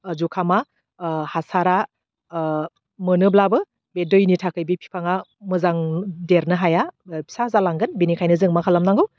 ओह जुखामा ओह हासारा ओह मोनोब्लाबो बे दैनि थाखाय बे फिफांआ मोजां देरनो हाया ओह फिसा जालांगोन बिनिखायनो जों मा खालामनांगौ